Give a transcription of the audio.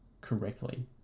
correctly